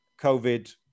covid